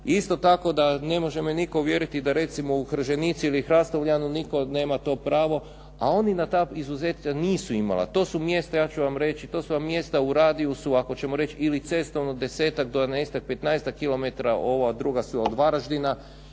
Isto tako da ne može me nitko uvjeriti da recimo u Hrženici ili Hrastovljanu nitko nema to pravo, a oni na ta izuzeća nisu imala. To su mjesta, ja ću vam reći, to su vam mjesta u radijusu ako ćemo reći ili cestovno 10-ak, 12-ak, 15-ak km, a